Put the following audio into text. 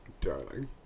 Darling